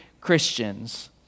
Christians